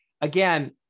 Again